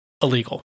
illegal